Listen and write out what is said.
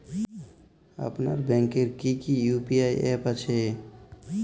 আপনার ব্যাংকের কি কি ইউ.পি.আই অ্যাপ আছে?